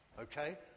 Okay